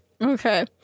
okay